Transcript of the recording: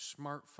smartphone